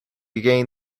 gain